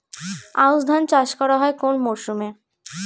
আউশ ধান চাষ করা হয় কোন মরশুমে?